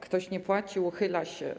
Ktoś nie płaci, uchyla się.